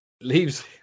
leaves